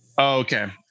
Okay